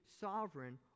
sovereign